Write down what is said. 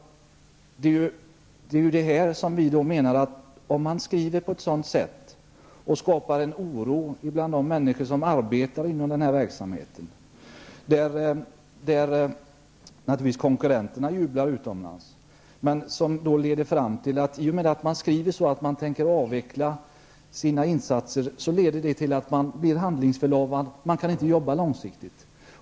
Skriver man att det skall ske en avveckling skapas oro bland de människor som arbetar inom denna verksamhet -- konkurrenterna utomlands jublar naturligtvis -- och de drabbas av handlingsförlamning. Det går inte att arbeta långsiktigt.